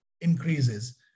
increases